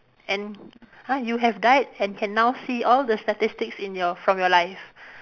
and !huh! you have died and can now see all the statistics in your from your life